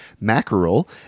Mackerel